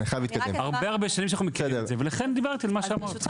לכן, דיברתי על מה שאמרת.